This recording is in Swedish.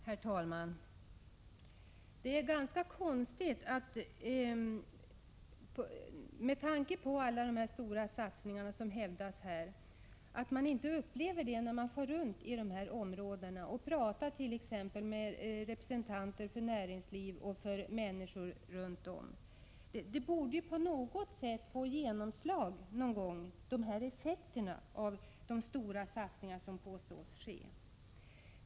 Herr talman! Med tanke på alla de stora satsningar som kommunikationsministern hävdar sker är det ganska konstigt att man inte upplever något av dem när man far runt i dessa områden och pratar med människor, exempelvis representanter för näringslivet. Effekterna av de stora satsningar som påstås ske borde ju på något sätt få genomslag.